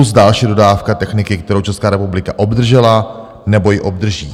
Plus další dodávka techniky, kterou Česká republika obdržela nebo ji obdrží.